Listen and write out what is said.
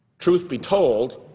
truth be told,